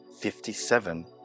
fifty-seven